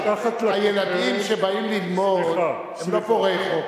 הילדים שבאים ללמוד הם לא פורעי חוק,